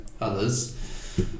others